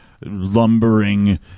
lumbering